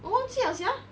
我忘记 liao sia